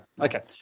Okay